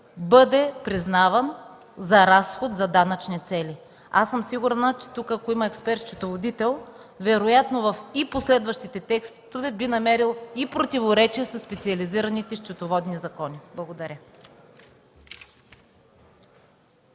бъде признаван за разход за данъчни цели. Аз съм сигурна, че ако тук има експерт-счетоводител, вероятно и в последващите текстове би намерил противоречие със специализираните счетоводни закони. Благодаря.